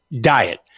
diet